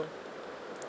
painful